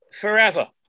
forever